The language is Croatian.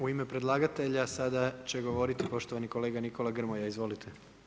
U ime predlagatelja sada će govoriti poštovani kolega Nikola Grmoja, izvolite.